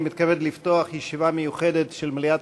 אני מתכבד לפתוח ישיבה מיוחדת של מליאת